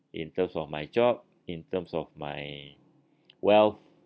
in terms of my job in terms of my wealth